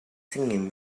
singing